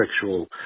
sexual